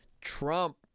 Trump